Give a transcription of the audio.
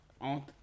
On